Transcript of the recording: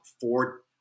four